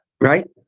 Right